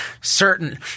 certain